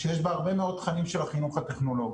שיש בה הרבה מאוד תכנים של החינוך הטכנולוגי.